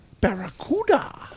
Barracuda